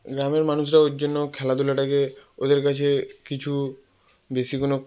গ্রামের মানুষরা ওই জন্য খেলাধুলাটাকে ওদের কাছে কিছু বেশি কোনো